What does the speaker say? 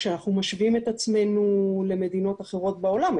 כשאנחנו משווים את עצמנו למדינות אחרות בעולם,